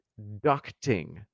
ducting